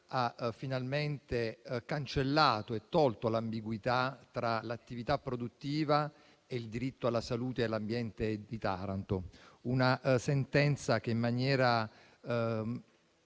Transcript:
ha finalmente cancellato e tolto l'ambiguità tra l'attività produttiva e il diritto alla salute e all'ambiente di Taranto. Si tratta di una sentenza che, in maniera